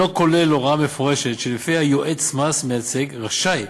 כולל הוראה מפורשת שלפיה יועץ מס מייצג רשאי